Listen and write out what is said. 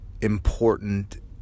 important